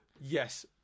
Yes